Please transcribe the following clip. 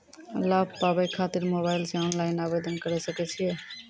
लाभ पाबय खातिर मोबाइल से ऑनलाइन आवेदन करें सकय छियै?